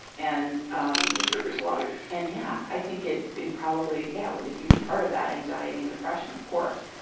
and um and took his life. and, yeah. i think it, it probably, yeah, it was a huge part of that, anxiety and depression, of course.